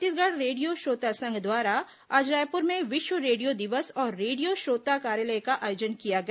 Chhattisgarh radio श्रोता संघ द्वारा आज रायपुर में विश्व रेडियो दिवस और रेडिया श्रोता कार्यशाला का आयोजन किया गया